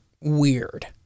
weird